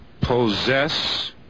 possess